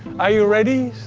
are you ready?